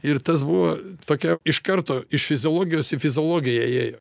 ir tas buvo tokia iš karto iš fiziologijos į fiziologiją ėjo